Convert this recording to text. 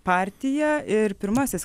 partija ir pirmasis